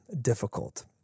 difficult